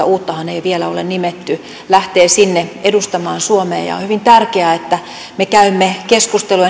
uuttahan ei vielä ole nimetty lähtee sinne edustamaan suomea ja ja on hyvin tärkeää että me käymme keskustelua